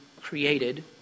created